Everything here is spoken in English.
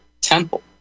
temple